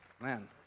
man